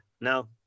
no